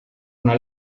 una